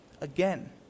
again